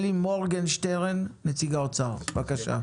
אלי מורגנשטרן, נציג האוצר, בבקשה.